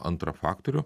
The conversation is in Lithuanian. antrą faktorių